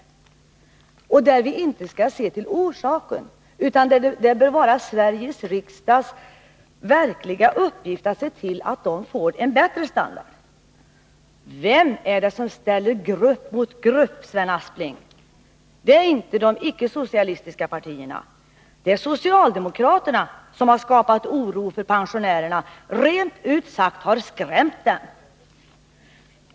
Vi skall inte se till orsakerna till detta, utan det bör vara Sveriges riksdags verkliga uppgift att se till att de får en bättre standard. Vem är det som ställer grupp emot grupp, Sven Aspling? Det är inte de icke-socialistiska partierna. Det är socialdemokraterna som har skapat oro för pensionärerna, rent ut sagt har skrämt dem.